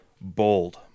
bold